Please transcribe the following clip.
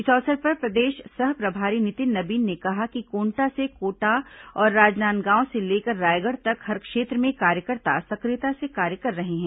इस अवसर पर प्रदेश सह प्रभारी नितिन नबीन ने कहा कि कोंटा से कोटा और राजनांदगांव से लेकर रायगढ़ तक हर क्षेत्र में कार्यकर्ता सक्रियता से कार्य कर रहे हैं